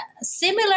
similar